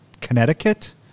Connecticut